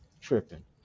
tripping